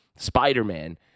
Spider-Man